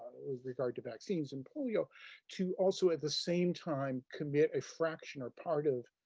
with regard to vaccines and polio to also at the same time commit a fraction or part of